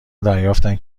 دریافتند